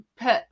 put